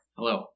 Hello